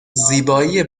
زیبایی